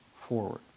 forward